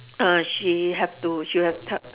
uh she have to she will have to te~